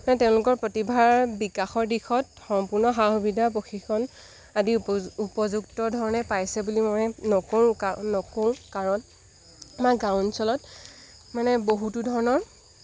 মানে তেওঁলোকৰ প্ৰতিভাৰ বিকাশৰ দিশত সম্পূৰ্ণ সা সুবিধা প্ৰশিক্ষণ আদি উপযুক্ত ধৰণে পাইছে বুলি মই নকৰোঁ নকওঁ কাৰণ আমাৰ গাঁও অঞ্চলত মানে বহুতো ধৰণৰ